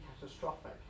catastrophic